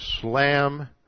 slam